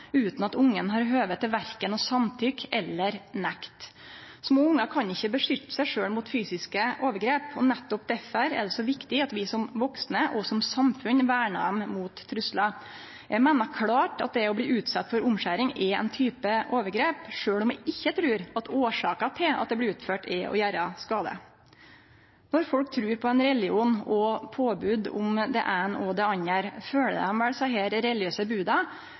utan at ungen har høve til verken å samtykke eller nekte. Små ungar kan ikkje beskytte seg sjølve mot fysiske overgrep, og nettopp derfor er det så viktig at vi som vaksne og som samfunn vernar dei mot truslar. Eg meiner klårt at det å bli utsett for omskjering er ein type overgrep, sjølv om eg ikkje trur at årsaka til at det blir utført, er å gjere skade. Når folk trur på ein religion og påbod om det eine og det andre, følgjer dei vel desse religiøse boda